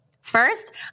First